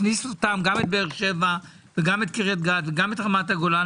גם ברמת הגולן,